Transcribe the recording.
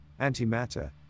antimatter